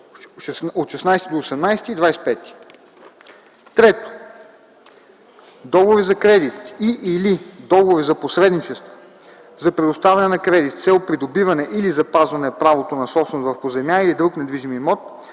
6, 16 - 18 и 25; 3. договори за кредит и/или договори за посредничество за предоставяне на кредит с цел придобиване или запазване правото на собственост върху земя или друг недвижим имот,